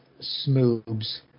smoobs